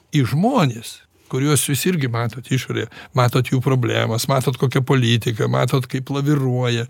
į žmones kuriuos jūs irgi matot išorėje matot jų problemas matot kokia politika matot kaip laviruoja